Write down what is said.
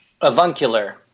Avuncular